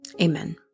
Amen